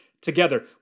together